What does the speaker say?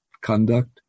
conduct